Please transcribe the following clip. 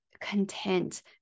content